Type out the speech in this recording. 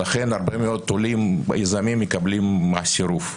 לכן הרבה מאוד עולים יזמים מקבלים סירוב.